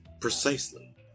Precisely